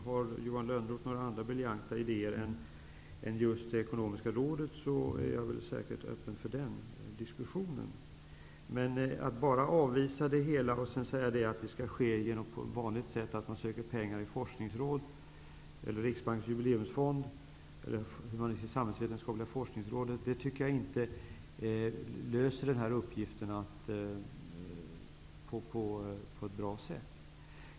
Har Johan Lönnroth några andra briljanta idéer än inrättandet av det ekonomiska rådet är jag öppen för en diskussion. Att avvisa hela frågeställningen och säga att man på vanligt sätt skall söka pengar från Forskningsrådet är inte ett bra sätt att lösa uppgiften.